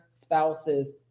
spouse's